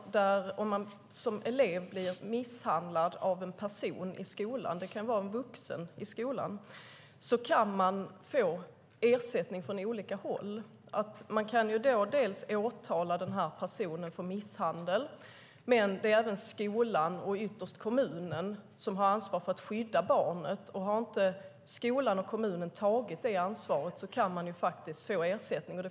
Om en elev blir misshandlad av en person i skolan - en vuxen - kan eleven få ersättning från olika håll. Personen kan åtalas för misshandel, men även skolan och ytterst kommunen har ansvar för att skydda barnet. Om inte skolan och kommunen har tagit det ansvaret kan barnet få ersättning.